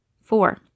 Four